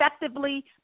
effectively